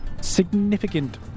significant